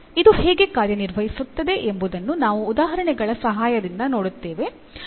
ಇದು ಹೇಗೆ ಕಾರ್ಯನಿರ್ವಹಿಸುತ್ತದೆ ಎಂಬುದನ್ನು ನಾವು ಉದಾಹರಣೆಗಳ ಸಹಾಯದಿಂದ ನೋಡುತ್ತೇವೆ